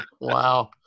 Wow